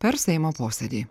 per seimo posėdį